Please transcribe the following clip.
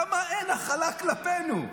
למה אין הכלה כלפינו?